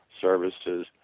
services